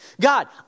God